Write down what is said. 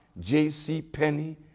JCPenney